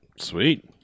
Sweet